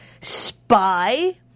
spy